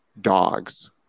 dogs